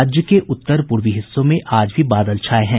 राज्य के उत्तर पूर्वी हिस्सों में आज भी बादल छाये हैं